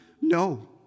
No